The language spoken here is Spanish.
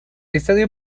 estadio